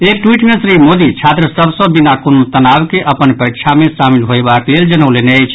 एक ट्वीट मे श्री मोदी छात्र सभ सँ बिना कोनो तनाव के अपन परीक्षा मे शामिल होयबाक लेल जनौलनि अछि